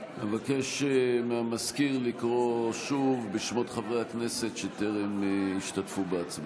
אבקש מהמזכיר לקרוא שוב בשמות חברי הכנסת שטרם השתתפו בהצבעה.